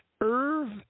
IRV